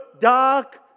dark